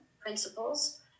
principles